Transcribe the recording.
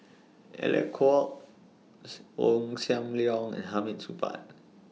Alec Kuok's Ong SAM Leong and Hamid Supaat